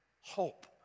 hope